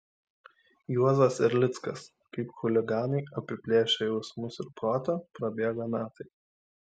juozas erlickas kaip chuliganai apiplėšę jausmus ir protą prabėga metai